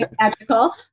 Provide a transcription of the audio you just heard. magical